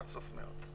עד סוף מרץ,